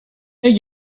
اینه